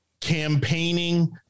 campaigning